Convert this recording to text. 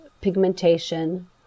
pigmentation